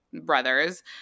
brothers